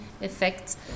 effects